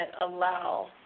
allow